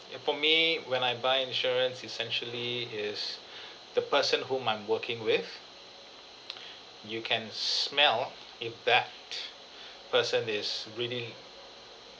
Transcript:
ya for me when I buy insurance essentially is the person whom I'm working with you can smell if that person is really